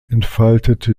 entfaltete